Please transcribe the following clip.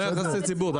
אלה לא יחסי ציבור.